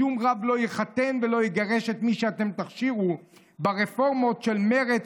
שום רב לא יחתן ולא יגרש את מי שאתם תכשירו ברפורמות של מרצ,